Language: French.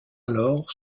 alors